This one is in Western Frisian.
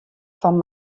fan